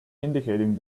indicating